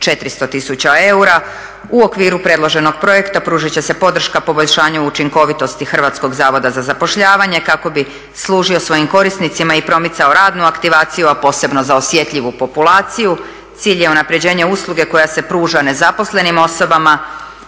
400 tisuća eura. U okviru predloženog projekta pružit će se podrška poboljšanju učinkovitosti Hrvatskog zavoda za zapošljavanje kako bi služio svojim korisnicima i promicao radnu aktivaciju, a posebno za osjetljivu populaciju. Cilj je unapređenje usluge koja se pruža nezaposlenim osobama,